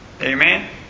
Amen